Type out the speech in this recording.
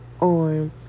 on